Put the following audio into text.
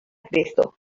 cristo